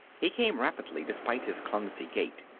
he came rapidly despite his clumsy gait,